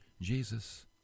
Jesus